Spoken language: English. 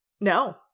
No